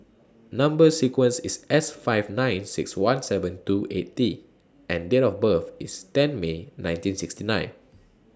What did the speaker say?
Number sequence IS S five nine six one seven two eight T and Date of birth IS ten May nineteen sixty nine